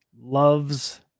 loves